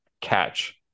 catch